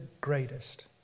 greatest